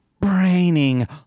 braining